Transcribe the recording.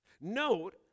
Note